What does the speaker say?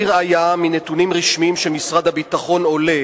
לראיה, מנתונים רשמיים של משרד הביטחון עולה